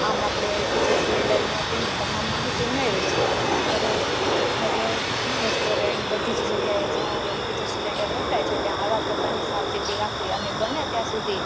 આમ આપણે LPG cylinder માટેની તમામ માહિતી મેળવી છે આમ ખરે ખર રેસ્ટોરન્ટ બધી જ જગ્યાએ જ્યાં એલપીજી સિલેન્ડર વપરાય છે ત્યાં આવા પ્રકારની સાવચેતી રાખવી અને બને ત્યાં સુધી